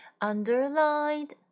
underlined